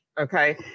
Okay